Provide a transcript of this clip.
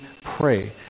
pray